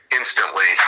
instantly